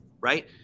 Right